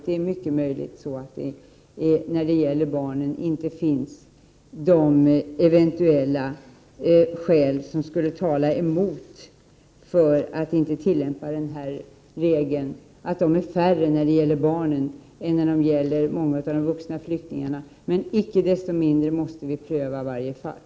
Det är mycket möjligt att de eventuella skäl som skulle tala för att denna regel inte skall tillämpas är färre när det gäller barnen än när det gäller många av de vuxna flyktingarna, men icke desto mindre måste varje fall prövas.